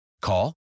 Call